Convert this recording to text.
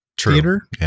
theater